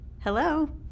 Hello